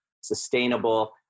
sustainable